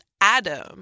Adam